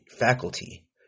faculty